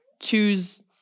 choose